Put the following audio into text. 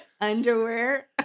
underwear